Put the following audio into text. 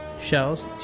Shells